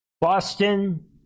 Boston